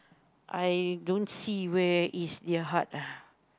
I don't see where is their heart ah